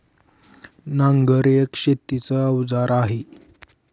नांगर एक शेतीच अवजार आहे